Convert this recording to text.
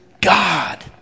God